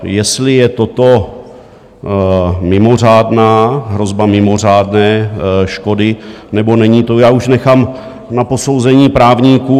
Jestli je toto mimořádná, hrozba mimořádné škody nebo není, to já už nechám na posouzení právníků.